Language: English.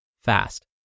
fast